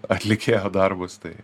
atlikėjo darbus tai